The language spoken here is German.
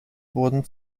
wurden